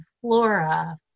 flora